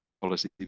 policy